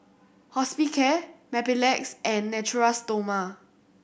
Hospicare Mepilex and Natura Stoma